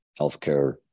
healthcare